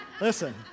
Listen